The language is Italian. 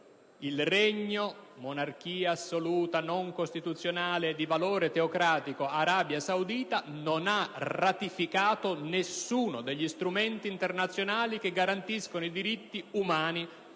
il regno monarchia assoluta non costituzionale di valore teocratico Arabia Saudita non ha ratificato nessuno degli strumenti internazionali che garantiscono i diritti umani